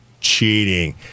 Cheating